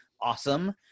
Awesome